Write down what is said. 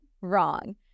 wrong